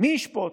מי ישפוט,